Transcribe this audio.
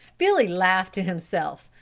billy laughed to himself,